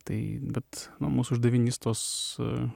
tai bet nu mūsų uždavinys tos